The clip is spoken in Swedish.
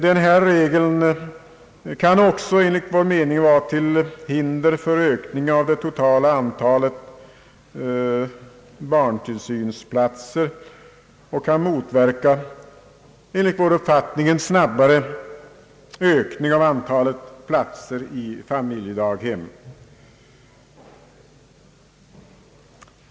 Denna regel kan också, enligt vår mening, vara till hinder för en ökning av det totala antalet barntillsynsplatser och kan motverka en snabbare ökning än den pågående av antalet platser i familjedaghem.